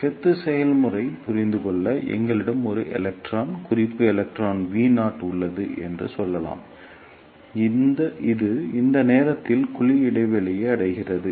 இப்போது கொத்து செயல்முறை புரிந்து கொள்ள எங்களிடம் ஒரு எலக்ட்ரான் குறிப்பு எலக்ட்ரான் V0 உள்ளது என்று சொல்லலாம் இது இந்த நேரத்தில் குழி இடைவெளியை அடைகிறது